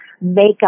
makeup